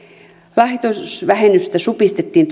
lahjoitusvähennystä supistettiin